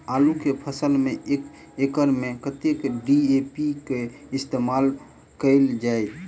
आलु केँ फसल मे एक एकड़ मे कतेक डी.ए.पी केँ इस्तेमाल कैल जाए?